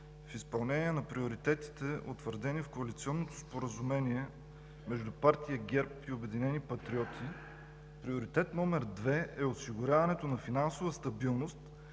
в изпълнение на приоритетите, утвърдени в Коалиционното споразумение между партия ГЕРБ и „Обединени патриоти“, Приоритет № 2 е осигуряването на финансова стабилност